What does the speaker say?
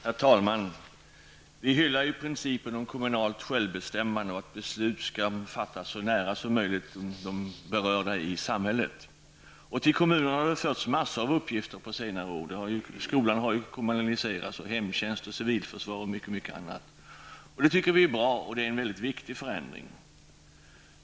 Herr talman! Vi hyllar ju principen om kommunalt självbestämmande och att beslut fattas så nära dem som berörs som möjligt i samhället. Till kommunerna har förts en mängd uppgifter på senare tid -- hemtjänsten, civilförsvaret och mycket annat samt skolan har kommunaliserats. Det är bra, och det är en mycket viktig förändring.